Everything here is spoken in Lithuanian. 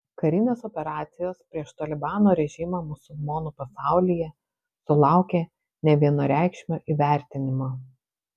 karinės operacijos prieš talibano režimą musulmonų pasaulyje sulaukė nevienareikšmio įvertinimo